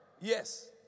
Yes